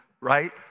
right